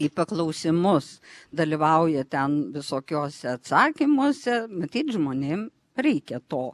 į paklausimus dalyvauja ten visokiose atsakymuose matyt žmonėm reikia to